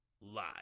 live